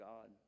God